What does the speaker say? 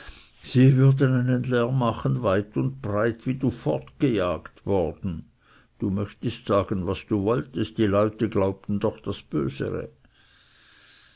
sie würden dir einen lärm machen weit und breit wie du fortgejagt worden du möchtest sagen was du wolltest die leute glaubten doch das bösere